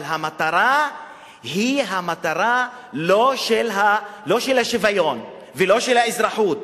אבל המטרה היא לא השוויון ולא האזרחות,